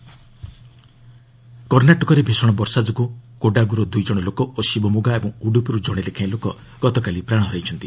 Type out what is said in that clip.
Karnataka calamity କର୍ଷ୍ଣାଟକରେ ଭୀଷଣ ବର୍ଷା ଯୋଗୁଁ କୋଡାଗୁ'ରୁ ଦୁଇ ଜଣ ଲୋକ ଓ ଶିବମୋଗା ଓ ଉଡ୍ରପିର୍ ଜଣେ ଲେଖାଏଁ ଲୋକ ଗତକାଲି ପ୍ରାଣ ହରାଇଛନ୍ତି